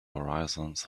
horizons